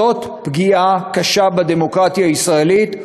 זאת פגיעה קשה בדמוקרטיה הישראלית.